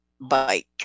bike